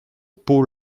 pau